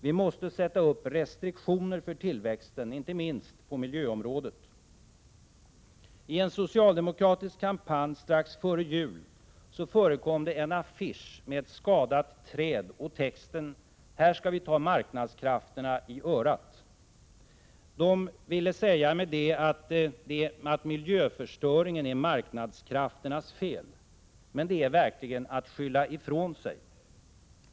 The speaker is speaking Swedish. Vi måste sätta upp restriktioner för tillväxten, inte minst på miljöområdet. I en socialdemokratisk kampanj strax före jul förekom en affisch med ett skadat träd och texten ”Här ska vi ta marknadskrafterna i örat”. Med detta ville man säga att miljöförstöringen är marknadskrafternas fel. Men det är verkligen att skylla ifrån sig.